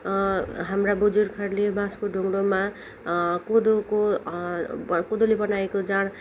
हाम्रा बुजुर्गहरूले बाँसको ढुङ्रोमा कोदोको बर कोदोले बनाएको जाँड